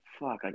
fuck